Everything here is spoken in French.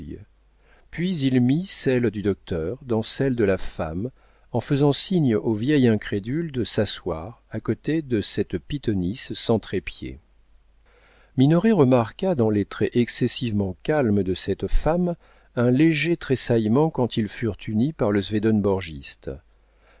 puis il mit celle du docteur dans celle de la femme en faisant signe au vieil incrédule de s'asseoir à côté de cette pythonisse sans trépied minoret remarqua dans les traits excessivement calmes de cette femme un léger tressaillement quand ils furent unis par le